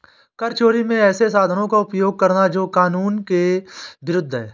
कर चोरी में ऐसे साधनों का उपयोग करना जो कानून के विरूद्ध है